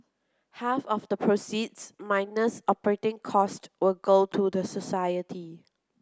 half of the proceeds minus operating cost will go to the society